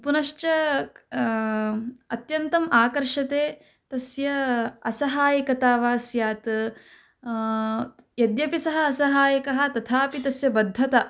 पुनश्च अत्यन्तम् आकर्षते तस्य असहायिकता वा स्यात् यद्यपि सः असहायकः तथापि तस्य बद्धता